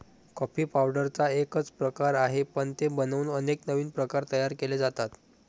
coffee पावडरचा एकच प्रकार आहे, पण ते बनवून अनेक नवीन प्रकार तयार केले जातात